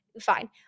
fine